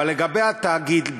אבל לגבי התאגיד,